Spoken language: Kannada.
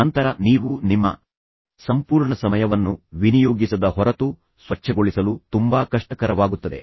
ನಂತರ ನೀವು ನಿಮ್ಮ ಸಂಪೂರ್ಣ ಸಮಯವನ್ನು ವಿನಿಯೋಗಿಸದ ಹೊರತು ಸ್ವಚ್ಛಗೊಳಿಸಲು ತುಂಬಾ ಕಷ್ಟಕರವಾಗುತ್ತದೆ